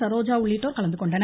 சரோஜா உள்ளிட்டோர் கலந்துகொண்டனர்